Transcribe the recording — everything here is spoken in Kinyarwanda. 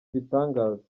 ibitangaza